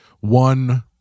one